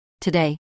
Today